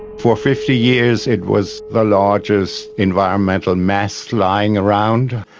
for fifty years it was the largest environmental mess lying around.